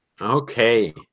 Okay